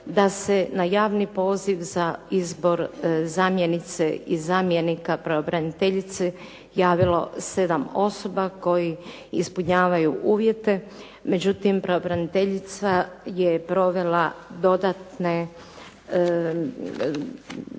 da se na javni poziv za izbor zamjenice i zamjenika pravobraniteljice javilo 7 osoba koji ispunjavaju uvjete. Međutim, pravobraniteljica je provela dodatna